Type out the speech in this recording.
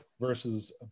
versus